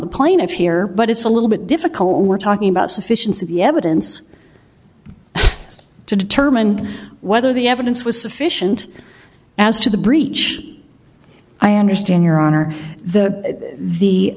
the plaintiffs here but it's a little bit difficult we're talking about sufficiency the evidence to determine whether the evidence was sufficient as to the breach i understand your honor the the